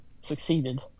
succeeded